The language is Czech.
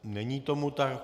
Není tomu tak.